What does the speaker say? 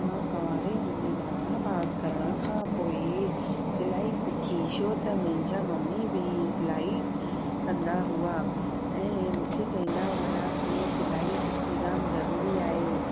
मां कुंवारे हूंदे ॿारहां पास करण खां पोइ सिलाई सिखी छो त मुंहिंजा मम्मी बि सिलाई कंदा हुआ ऐं मूंखे चवंदा हुया की सिलाई सिखु जामु ज़रूरी आहे